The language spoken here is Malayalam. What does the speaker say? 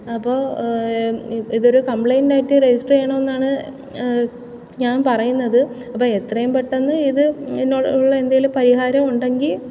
അപ്പോൾ ഇതൊരു കമ്പ്ലൈൻറ്റ് ആയിട്ട് രജിസ്റ്റർ ചെയ്യണം എന്നാണ് ഞാൻ പറയുന്നത് അപ്പം എത്രയും പെട്ടെന്ന് ഇത് ഇങ്ങനെയുള്ള എന്തെങ്കിലും പരിഹാരമുണ്ടെങ്കിൽ